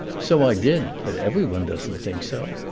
so i did but everyone doesn't think so.